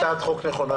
מה היא הצעת חוק נכונה?